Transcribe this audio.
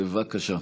בבקשה.